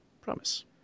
promise